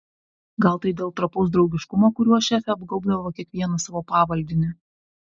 gal tai dėl trapaus draugiškumo kuriuo šefė apgaubdavo kiekvieną savo pavaldinį